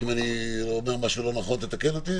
אם אני אומר משהו לא נכון, תתקן אותי?